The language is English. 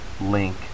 link